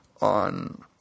on